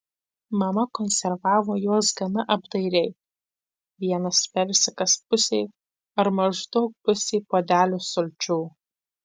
mama konservavo juos gana apdairiai vienas persikas pusei ar maždaug pusei puodelio sulčių